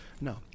No